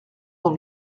dans